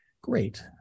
great